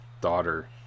daughter